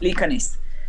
להיכנס.